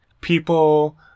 People